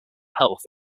health